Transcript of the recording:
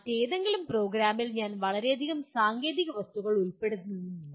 മറ്റേതെങ്കിലും പ്രോഗ്രാമിൽ ഞാൻ വളരെയധികം സാങ്കേതിക വസ്തുക്കൾ ഉൾപ്പെടുത്തുന്നില്ല